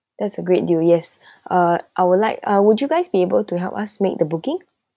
that's a great deal yes uh I would like ah would you guys be able to help us make the booking